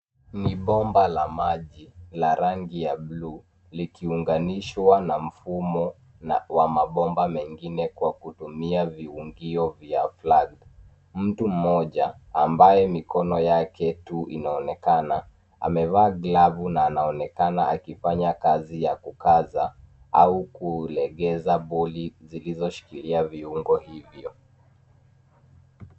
Mabomba ya maji yenye rangi ya buluu yameunganishwa kwa mtiririko na mkondo, na kuunganishwa na mabomba mengine kwa kutumia viungio vya flag] . Mtu mmoja, ambaye mikono yake tu inaonekana, amevaa glavu na anaonekana akifanya kazi ya kukaza au kulegeza boli zilizoshikilia viungo hivyo.